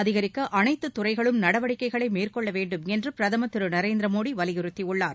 அதிகரிக்க அனைத்து துறைகளும் நடவடிக்கைகளை மேற்கொள்ளவேண்டும் என்று பிரதமர் திரு நரேந்திர மோடி வலியுறுத்தியுள்ளார்